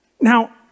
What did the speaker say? Now